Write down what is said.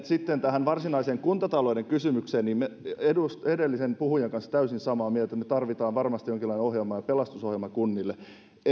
sitten tähän varsinaiseen kuntatalouden kysymykseen niin olen edellisen puhujan kanssa täysin samaa mieltä me tarvitsemme varmasti jonkinlaisen pelastusohjelman kunnille